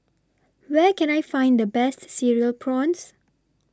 Where Can I Find The Best Cereal Prawns